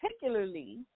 particularly